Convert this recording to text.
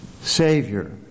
Savior